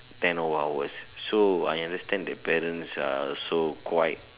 ten over hours so I understand that parents are also quite